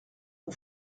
ont